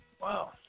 Wow